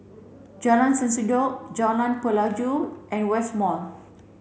Jalan Sendudok Jalan Pelajau and West Mall